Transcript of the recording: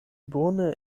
bone